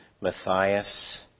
Matthias